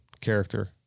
character